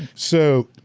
so,